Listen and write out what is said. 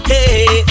Hey